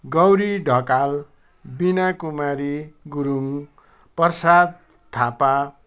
Gauri Dhakal Bina Kumari Gurung Prasad Thapa